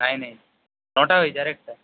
nine eight নটা হয়েছে আর একটা